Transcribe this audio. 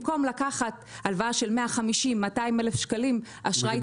במקום לקחת הלוואה של 150,000-200,000 אשראי